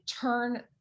turn